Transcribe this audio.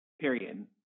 Period